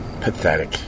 Pathetic